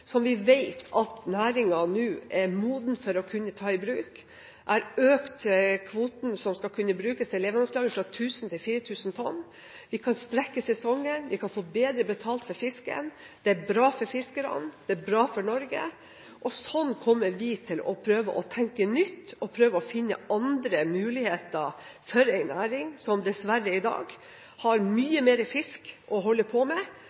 som vi vet at næringen nå er moden for å kunne ta i bruk. Vi har økt kvoten som skal kunne brukes til levendelagring fra 1 000 tonn til 4 000 tonn. Vi kan strekke sesongen, vi kan få bedre betalt for fisken – det er bra for fiskerne, det er bra for Norge. Sånn kommer vi til å prøve å tenke nytt og prøve å finne andre muligheter for en næring som i dag har mye mer fisk å holde på med,